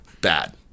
Bad